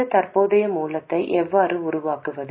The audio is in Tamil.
இந்த தற்போதைய மூலத்தை எவ்வாறு உருவாக்குவது